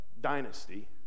Dynasty